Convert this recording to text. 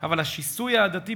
אבל השיסוי העדתי,